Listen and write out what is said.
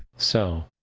so,